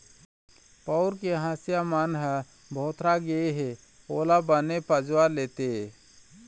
पउर के हँसिया मन ह भोथरा गे हे ओला बने पजवा लेते